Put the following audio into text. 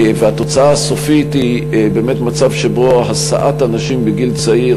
והתוצאה הסופית היא באמת מצב שבו השאת הנשים בגיל צעיר,